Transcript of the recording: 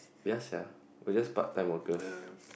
ya sia we're just part time workers